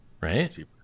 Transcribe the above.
right